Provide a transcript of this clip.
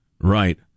Right